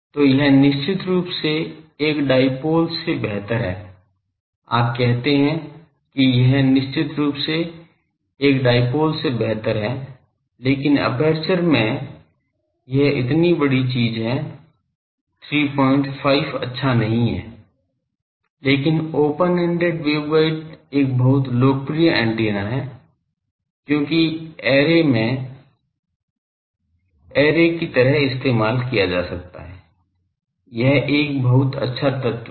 तो यह निश्चित रूप से एक डाइपोल से बेहतर है आप कहते हैं कि यह निश्चित रूप से एक डाइपोल से बेहतर है लेकिन एपर्चर में यह इतनी बड़ी चीज है 35 अच्छा नहीं है लेकिन ओपन एंडेड वेवगाइड एक बहुत लोकप्रिय एंटीना है क्योंकि ऐरे में ऐरे की तरह इस्तेमाल किया जा सकता है यह एक बहुत अच्छा तत्व है